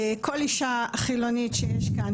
כל אישה חילונית שיש כאן,